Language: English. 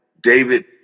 David